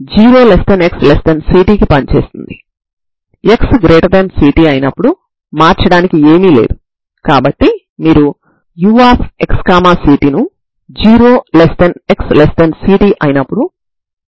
ఈ రెండు సమీకరణాల నుండి c1 ను c2 పదాలలో లేదా c2 ని c1 పదాలలో వ్రాసి సాధారణ పరిష్కారంలో పెడితే sin μ పరిష్కారం అవ్వడాన్ని మీరు చూడవచ్చు అలాగే sin μ ఇంకొక పరిష్కారం అవ్వడాన్ని కూడా మీరు చూడవచ్చు